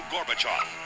Gorbachev